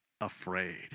afraid